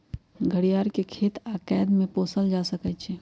घरियार के खेत आऽ कैद में पोसल जा सकइ छइ